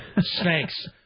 Snakes